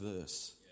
verse